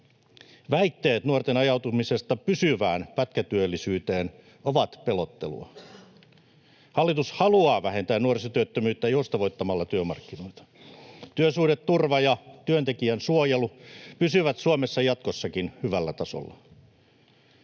Väitteet nuorten ajautumisesta pysyvään pätkätyöllisyyteen ovat pelottelua. Hallitus haluaa vähentää nuorisotyöttömyyttä joustavoittamalla työmarkkinoita. Työsuhdeturva ja työntekijän suojelu pysyvät Suomessa jatkossakin hyvällä tasolla.